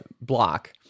block